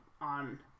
on